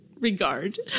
regard